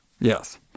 Yes